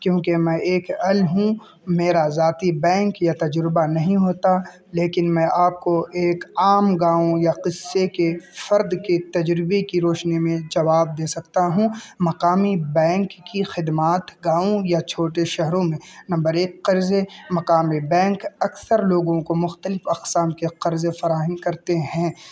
کیونکہ میں ایک ال ہوں میرا ذاتی بینک یا تجربہ نہیں ہوتا لیکن میں آپ کو ایک عام گاؤں یا قصے کے فرد کے تجربے کی روشنی میں جواب دے سکتا ہوں مقامی بینک کی خدمات گاؤں یا چھوٹے شہروں میں نمبر ایک قرضے مقامی بینک اکثر لوگوں کو مختلف اقسام کے قرضے فراہم کرتے ہیں